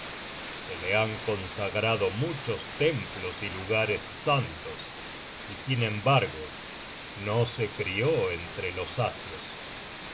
se le han consagrado muchos templos y lugares santos y sin embargo no se crió entre los asios